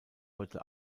heute